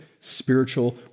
spiritual